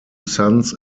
sons